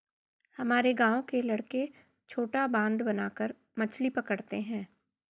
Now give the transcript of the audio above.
हमारे गांव के लड़के छोटा बांध बनाकर मछली पकड़ते हैं